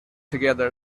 together